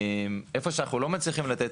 הביקושים ואיפה שאנחנו לא מצליחים לתת